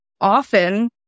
often